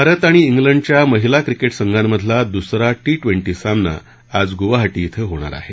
भारत आणि इंग्लंडच्या महिला क्रिकेट संघामधला दुसरा टी ट्वेंटी सामना आज गुवाहाटी इथं होणार आहे